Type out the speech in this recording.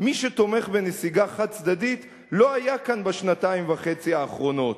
מי שתומך בנסיגה חד-צדדית לא היה כאן בשנתיים וחצי האחרונות,